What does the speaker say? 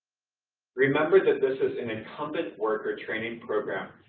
remember that this is an incumbent worker training program,